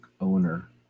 owner